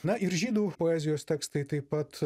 na ir žydų poezijos tekstai taip pat